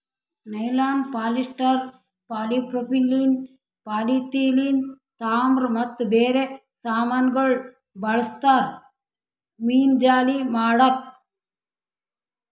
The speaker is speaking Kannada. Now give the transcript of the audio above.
ನೈಲಾನ್, ಪಾಲಿಸ್ಟರ್, ಪಾಲಿಪ್ರೋಪಿಲೀನ್, ಪಾಲಿಥಿಲೀನ್, ತಾಮ್ರ ಮತ್ತ ಬೇರೆ ಸಾಮಾನಗೊಳ್ ಬಳ್ಸತಾರ್ ಮೀನುಜಾಲಿ ಮಾಡುಕ್